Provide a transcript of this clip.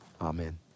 Amen